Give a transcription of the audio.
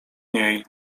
niej